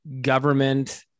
government